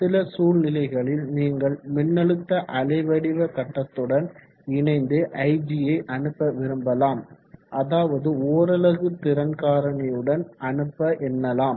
சில சூழ்நிலைகளில் நீங்கள் மின்னழுத்த அலைவடிவ கட்டத்துடன் இணைந்து ig யை அனுப்ப விரும்பலாம் அதாவது ஓரலகு திறன் காரணியுடன் அனுப்ப எண்ணலாம்